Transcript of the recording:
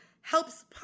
helps